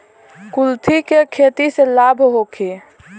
कुलथी के खेती से लाभ होखे?